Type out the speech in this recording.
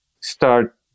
start